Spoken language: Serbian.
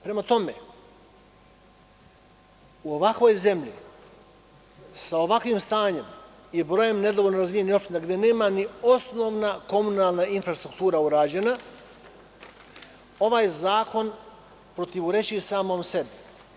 Prema tome, u ovakvoj zemlji, sa ovakvim stanjem i brojem nedovoljno razvijenih opština, gde nema ni osnovna komunalna infrastruktura urađena, ovaj zakon protivreči samom sebi.